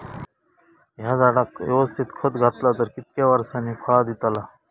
हया झाडाक यवस्तित खत घातला तर कितक्या वरसांनी फळा दीताला?